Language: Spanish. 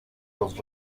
los